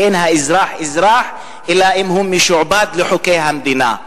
ואין האזרח אזרח אלא אם הוא משועבד לחוקי המדינה.